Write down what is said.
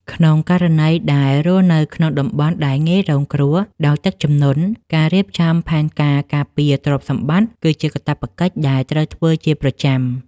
ក្នុងករណីដែលរស់នៅក្នុងតំបន់ដែលងាយរងគ្រោះដោយទឹកជំនន់ ការរៀបចំផែនការការពារទ្រព្យសម្បត្តិគឺជាកាតព្វកិច្ចដែលត្រូវធ្វើជាប្រចាំ។